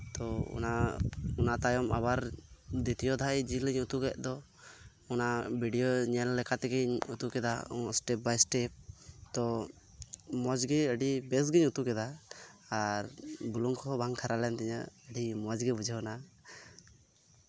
ᱛᱳ ᱚᱱᱟ ᱛᱟᱭᱚᱢ ᱟᱵᱟᱨ ᱫᱤᱛᱤᱭᱚ ᱫᱷᱟᱶ ᱡᱤᱞ ᱤᱧ ᱩᱛᱩ ᱠᱮᱫ ᱫᱚ ᱚᱱᱟ ᱵᱷᱤᱰᱭᱳ ᱧᱮᱞ ᱞᱮᱠᱟ ᱛᱮᱜᱮᱧ ᱩᱛᱩ ᱠᱮᱫᱟ ᱥᱴᱮᱯ ᱵᱟᱭ ᱥᱴᱮᱯ ᱛᱳ ᱢᱚᱸᱡ ᱜᱮ ᱟᱹᱰᱤ ᱵᱮᱥ ᱜᱮ ᱜᱤᱧ ᱩᱛᱩ ᱠᱮᱫᱟ ᱟᱨ ᱵᱩᱞᱩᱝ ᱠᱚᱦᱚᱸ ᱵᱟᱝ ᱠᱷᱟᱨᱟ ᱞᱮᱱ ᱛᱤᱧᱟᱹ ᱟᱹᱰᱤ ᱢᱚ ᱜᱮ ᱵᱩᱡᱷᱟᱹᱣ ᱮᱱᱟ